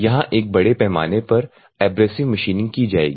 यहाँ एक बड़े पैमाने पर एब्रेसिव मशीनिंग की जाएगी